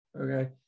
okay